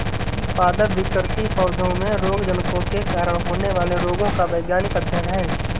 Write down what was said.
पादप विकृति पौधों में रोगजनकों के कारण होने वाले रोगों का वैज्ञानिक अध्ययन है